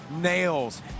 nails